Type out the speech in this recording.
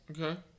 Okay